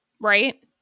right